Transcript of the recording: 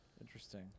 Interesting